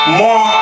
more